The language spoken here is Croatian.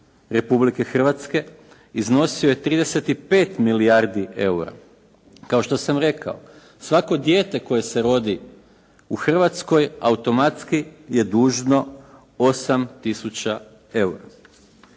Republike Hrvatske iznosio je 35 milijardi eura. Kao što sam rekao, svako dijete koje se rodi u Hrvatskoj, automatski je dužno 8 tisuća eura.